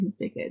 configured